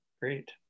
great